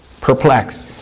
perplexed